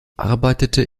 arbeitete